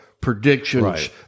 predictions